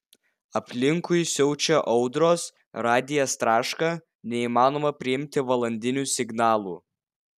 aplinkui siaučia audros radijas traška neįmanoma priimti valandinių signalų